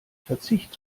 verzicht